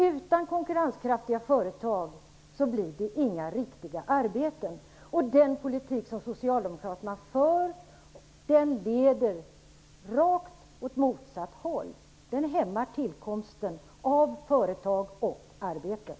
Utan konkurrenskraftiga företag blir det inga riktiga arbeten. Den politik som socialdemokraterna för leder rakt åt motsatt håll. Den hämmar tillkomsten av företag och arbeten.